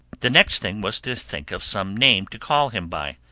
the next thing was to think of some name to call him by.